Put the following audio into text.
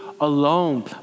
alone